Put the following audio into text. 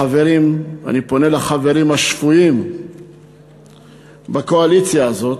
החברים, אני פונה לחברים השפויים בקואליציה הזאת,